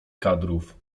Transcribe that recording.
kadrów